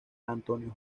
antonio